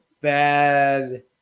bad